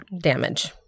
damage